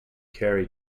carry